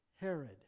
Herod